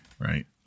right